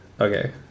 Okay